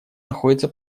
находится